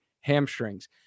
hamstrings